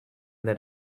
that